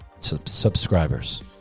subscribers